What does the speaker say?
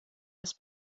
his